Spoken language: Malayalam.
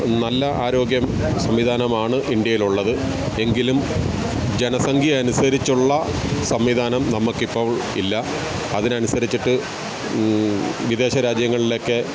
നല്ല ആരോഗ്യം സംവിധാനമാണ് ഇന്ത്യയിൽ ഉള്ളത് എങ്കിലും ജനസംഖ്യ അനുസരിച്ചുള്ള സംവിധാനം നമുക്ക് ഇപ്പോൾ ഇല്ല അതിന് അനുസരിച്ചിട്ട് വിദേശ രാജ്യങ്ങളിലൊക്കെ